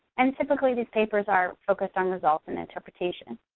and typically, these papers are focused on results and interpretation.